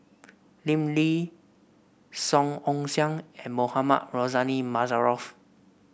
Lim Lee Song Ong Siang and Mohamed Rozani Maarof